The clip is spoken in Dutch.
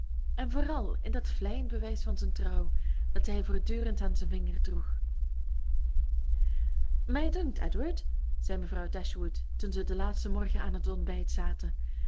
en vooral in dat vleiend bewijs van zijn trouw dat hij voortdurend aan zijn vinger droeg mij dunkt edward zei mevrouw dashwood toen zij den laatsten morgen aan het ontbijt zaten